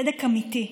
צדק אמיתי,